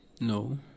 No